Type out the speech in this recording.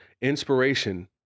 Inspiration